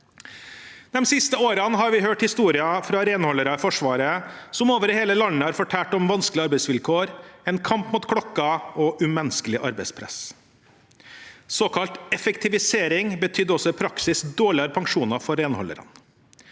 De siste årene har vi hørt historier fra renholdere i Forsvaret over hele landet. De har fortalt om vanskelige arbeidsvilkår, en kamp mot klokka og umenneskelig arbeidspress. Såkalt effektivisering betydde også i praksis dårligere pensjoner for renholderne.